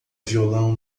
violão